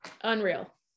unreal